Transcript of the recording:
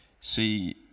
see